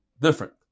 Different